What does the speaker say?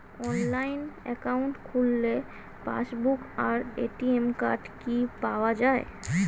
Online account খুললে passbook আর ATM card কি পাওয়া যায়?